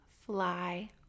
fly